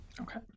Okay